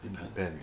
depends